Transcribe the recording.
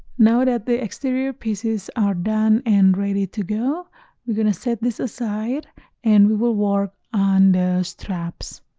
now that the exterior pieces are done and ready to go we're gonna set this aside and we will work on the straps.